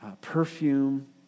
perfume